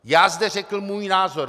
Já zde řekl svůj názor.